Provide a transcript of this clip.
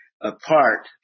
apart